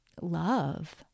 love